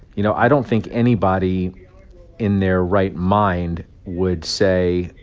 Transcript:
you know, i don't think anybody in their right mind would say,